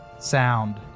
Sound